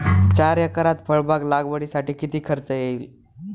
चार एकरात फळबाग लागवडीसाठी किती खर्च येईल?